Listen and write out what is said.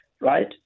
right